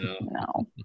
no